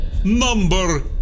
Number